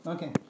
Okay